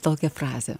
tokią frazę